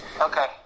Okay